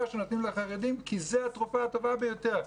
שנותנים לחרדים כי זאת התרופה הטובה ביותר.